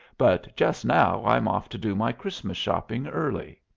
but just now i'm off to do my christmas shopping early.